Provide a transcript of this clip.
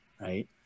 Right